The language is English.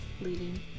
leading